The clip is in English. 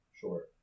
Sure